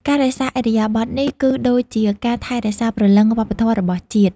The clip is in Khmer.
ការរក្សាឥរិយាបថនេះ គឺដូចជាការថែរក្សាព្រលឹងវប្បធម៌របស់ជាតិ។